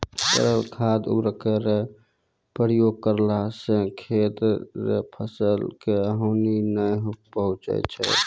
तरल खाद उर्वरक रो प्रयोग करला से खेत रो फसल के हानी नै पहुँचय छै